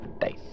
dice